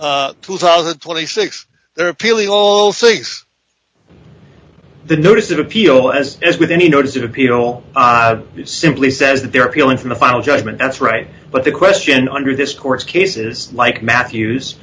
fifty two thousand and twenty six they're appealing all six the notice of appeal as with any notice of appeal it simply says that they are appealing from the final judgment that's right but the question under this court's cases like matthews